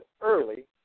early